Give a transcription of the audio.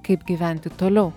kaip gyventi toliau